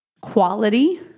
quality